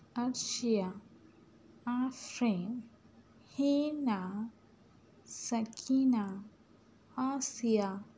Arshiya Afreen Hina Sakina Asiya